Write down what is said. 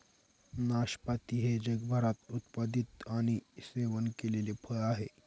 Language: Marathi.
नाशपाती हे जगभरात उत्पादित आणि सेवन केलेले फळ आहे